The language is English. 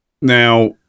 Now